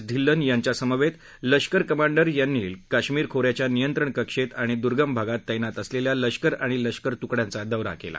ढिल्लन यांच्यासमवेत लष्कर कमांडर यांनी कश्मीर खोऱ्याच्या नियंत्रण कक्षेत आणि दुर्गम भागात तैनात असलेल्या लष्कर आणि लष्कर तुकड्यांचा दौरा केला